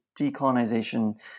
decolonization